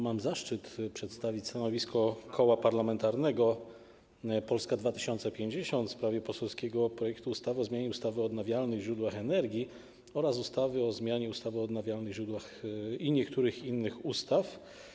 Mam zaszczyt przedstawić stanowisko Koła Parlamentarnego Polska 2050 w sprawie poselskiego projektu ustawy o zmianie ustawy o odnawialnych źródłach energii oraz ustawy o zmianie ustawy o odnawialnych źródłach oraz niektórych innych ustaw.